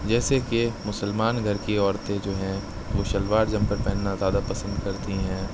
جیسے کہ مسلمان گھر کی عورتیں جو ہیں وہ شلوار جمپر پہننا زیادہ پسند کرتی ہیں